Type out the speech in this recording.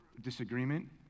disagreement